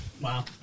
Wow